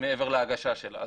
מעבר להגשה שלה.